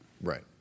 Right